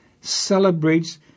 celebrates